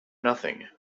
nothing